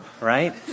right